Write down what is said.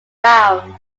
round